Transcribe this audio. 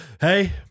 hey